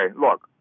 look